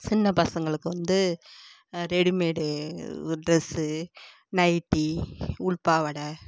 சின்னப் பசங்களுக்கு வந்து ரெடிமேடு டிரெஸு நைட்டி உள்பாவாடை